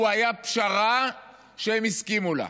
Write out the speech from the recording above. היה פשרה שהם הסכימו לה.